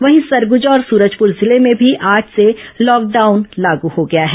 वहीं सरगुजा और सूरजपुर जिले में भी आज से लॉकडाउन लागू हो गया है